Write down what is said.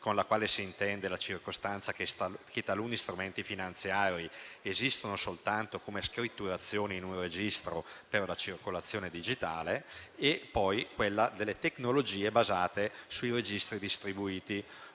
con la quale si intende la circostanza che taluni strumenti finanziari esistano soltanto come scritturazioni in un registro per la circolazione digitale, e poi quella delle tecnologie basate sui registri distribuiti,